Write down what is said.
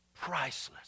priceless